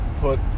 put